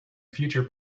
future